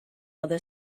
other